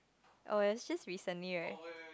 oh it's just recently right